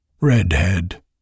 Redhead